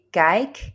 kijk